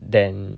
then